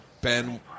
ben